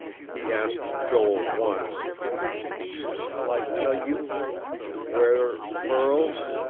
he asked joel, once shall i tell you where pearls.